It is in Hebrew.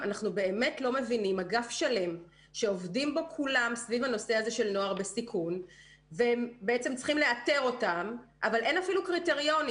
אגף שלם שעובד על הנושא הזה של נוער בסיכון לא יודע מה הקריטריונים.